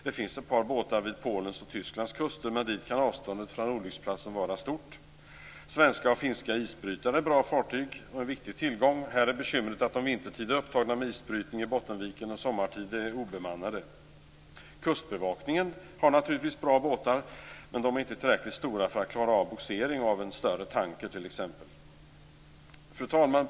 Det finns ett par båtar vid Polens och Tysklands kuster, men dit kan avståndet från olycksplatsen vara stort. Svenska och finska isbrytare är bra fartyg och en viktig tillgång. Här är bekymret att de vintertid är upptagna med isbrytning i Bottenviken och sommartid är obemannade. Kustbevakningen har naturligtvis bra båtar, men de är inte tillräckligt stora för att klara bogsering av t.ex. en större tanker. Fru talman!